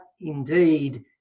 indeed